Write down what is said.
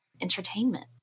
entertainment